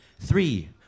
Three